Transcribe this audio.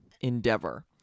Endeavor